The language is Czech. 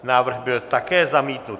Návrh byl také zamítnut.